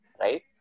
right